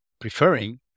preferring